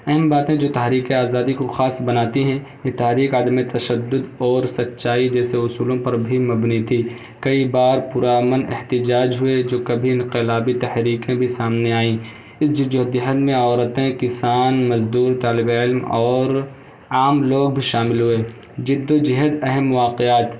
اہم باتیں جو تحریک آزادی کو خاص بناتی ہیں یہ تحریک عدم تشدد اور سچائی جیسے اصولوں پر بھی مبنی تھی کئی بار پرامن احتجاج ہوئے جو کبھی انقلابی تحریکیں بھی سامنے آئیں اس جدو جہد میں عورتیں کسان مزدور طالب علم اور عام لوگ بھی شامل ہوئے جد و جہد اہم واقعات